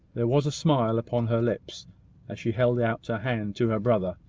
there was a smile upon her lips as she held out her hand to her brother,